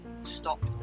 stop